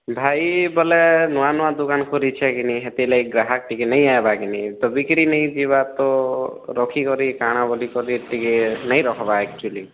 ଭାଇ ବୋଲେ ନୂଆ ନୂଆ ଦୁକାନ କରିଛେ କି ନାଇଁ ହେତିର୍ଲାଗି ଗ୍ରାହକ୍ ଟିକେ ନାଇଁ ଆଇବା କିନି ତ ବିକ୍ରିର ନେଇ ଯିବା ତ ରଖି କରି କାଣ ବୋଲି କରି ଟିକେ ନାଇଁ ରଖ୍ବା ଆକ୍ଚ୍ୟୁଆଲି